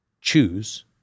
Choose